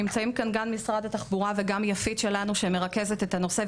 נמצאים כאן משרד התחבורה ויפית שלנו שמרכזת את הנושא,